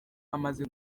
amaze